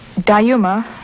Dayuma